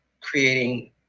creating